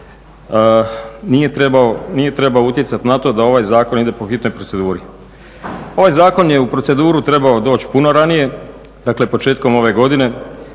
nije trebao utjecati na to da ovaj zakon ide po hitnoj proceduri. Ovaj zakon je u proceduru trebao doći puno ranije, dakle početkom ove godine,